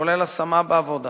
כולל השמה בעבודה